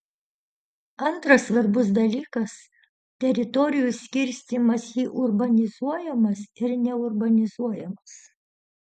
antras svarbus dalykas teritorijų skirstymas į urbanizuojamas ir neurbanizuojamas